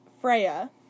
Freya